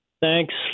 Thanks